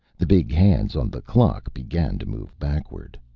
the big hands on the clock began to move backward.